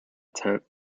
tent